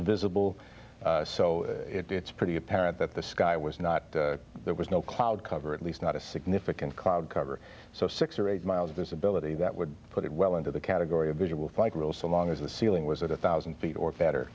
was visible so it's pretty apparent that the sky was not there was no cloud cover at least not a significant cloud cover so six or eight miles visibility that would put it well into the category of visual flight rules so long as the ceiling was at a thousand feet or better